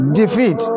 defeat